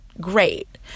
great